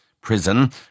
Prison